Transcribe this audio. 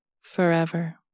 forever